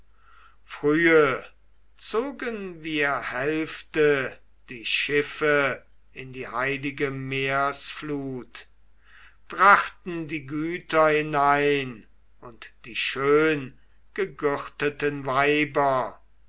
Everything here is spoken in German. frühe zogen wir hälfte die schiff in die heilige meersflut brachten die güter hinein und die schöngegürteten weiber